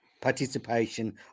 participation